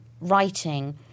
writing